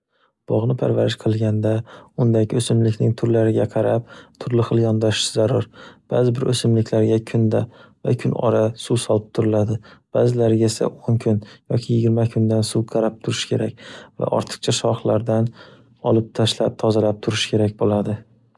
Bog'ni parvarish qilganda, undagi o'simlikning turlariga qarab, turli xil yondashish zarur. Baʼzi bir o'simliklarga kunda va kun ora suv solib turiladi, baʼzilariga esa o'n kun yoki yigirma kundan suv qarab turishi kerak va ortiqcha shoxlardan olib tashlab tozalab turish kerak bo'ladi.